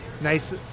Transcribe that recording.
nice